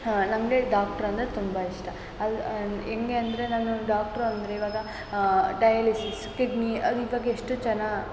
ನಂಗೆ ಡಾಕ್ಟ್ರ್ ಅಂದರೆ ತುಂಬ ಇಷ್ಟ ಅದು ಹೇಗೆ ಅಂದರೆ ನನಗೆ ಡಾಕ್ಟ್ರು ಅಂದರೆ ಇವಾಗ ಡಯಾಲಿಸಿಸ್ ಕಿಡ್ನಿ ಅದು ಇವಾಗ ಎಷ್ಟು ಜನ